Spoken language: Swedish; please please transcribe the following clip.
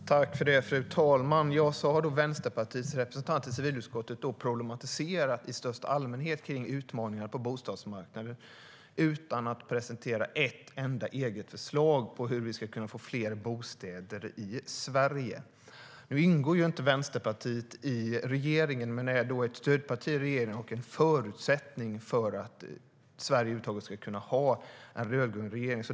STYLEREF Kantrubrik \* MERGEFORMAT BostadspolitikNu ingår inte Vänsterpartiet i regeringen, men det är ett stödparti till regeringen och en förutsättning för att Sverige över huvud taget ska kunna ha en rödgrön regering.